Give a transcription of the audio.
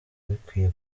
bikwiye